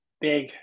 big